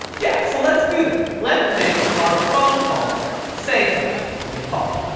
yeah, so let's do this. let's make our phone call say something when we call it.